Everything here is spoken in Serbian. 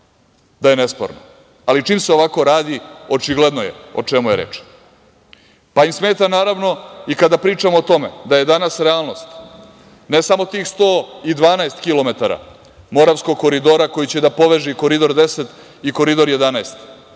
da je nesporno. Ali, čim se ovako radi, očigledno je o čemu je reč. Smeta im, naravno, i kada pričamo o tome da je danas realnost ne samo tih 112 km Moravskog koridora koji će da poveže i Koridor 10 i Koridor 11,